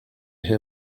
hear